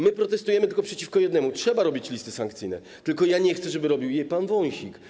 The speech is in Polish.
My protestujemy tylko przeciwko jednemu, trzeba robić listy sankcyjne, tylko ja nie chcę, żeby robił je pan Wąsik.